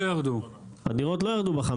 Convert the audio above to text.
הדירות לא ירדו.